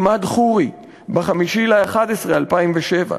עימאד ח'ורי, ב-5 בנובמבר 2007,